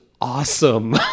awesome